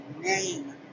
name